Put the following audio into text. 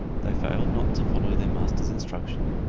they failed not to follow their master's instructions.